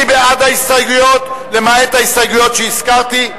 מי בעד ההסתייגויות, למעט ההסתייגויות שהזכרתי?